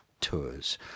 tours